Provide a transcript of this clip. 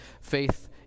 Faith